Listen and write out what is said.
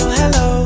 hello